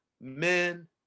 Men